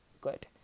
good